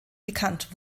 bekannt